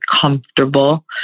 comfortable